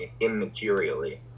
immaterially